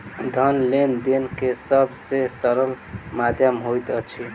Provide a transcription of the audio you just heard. धन लेन देन के सब से सरल माध्यम होइत अछि